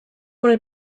wanna